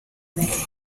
please